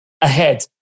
ahead